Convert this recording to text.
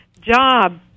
job